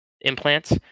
implants